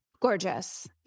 Gorgeous